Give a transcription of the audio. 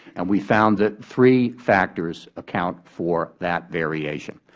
and we found that three factors account for that variation.